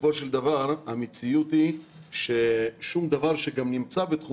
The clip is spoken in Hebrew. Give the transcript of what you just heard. בסופו של דבר המציאות היא ששום דבר שגם נמצא בתחום